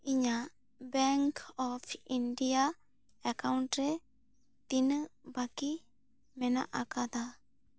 ᱤᱧᱟᱹᱜ bank of India account ᱨᱮ ᱛᱤᱱᱟᱹᱜ ᱵᱟᱹᱠᱤ ᱢᱮᱱᱟᱜ ᱟᱠᱟᱫᱟ